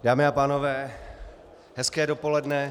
Dámy a pánové, hezké dopoledne.